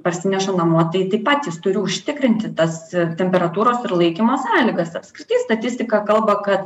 parsineša namo tai taip pat jis turi užtikrinti tas temperatūros ir laikymo sąlygas apskritai statistika kalba kad